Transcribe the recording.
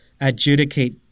adjudicate